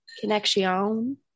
connection